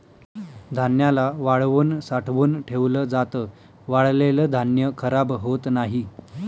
धान्याला वाळवून साठवून ठेवल जात, वाळलेल धान्य खराब होत नाही